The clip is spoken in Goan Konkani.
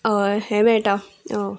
हें मेळटा